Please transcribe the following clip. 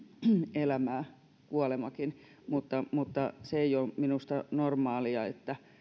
elämää mutta mutta se ei ole minusta normaalia